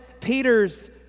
Peter's